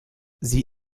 sie